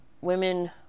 women